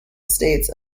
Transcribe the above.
states